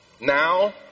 Now